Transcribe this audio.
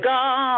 God